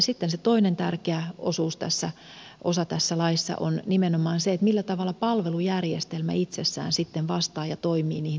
sitten se toinen tärkeä osa tässä laissa on nimenomaan se millä tavalla palvelujärjestelmä itsessään vastaa ja toimii niihin tarpeisiin